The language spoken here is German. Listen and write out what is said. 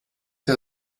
der